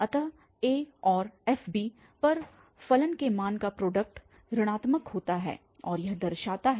अत a और f पर फलन के मान का प्रोडक्ट ऋणात्मक होता है और यह दर्शाता है